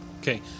Okay